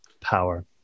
power